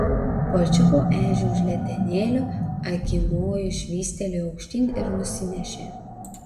pačiupo ežį už letenėlių akimoju švystelėjo aukštyn ir nusinešė